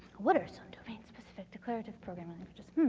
what are some domain specific declarative programming languages?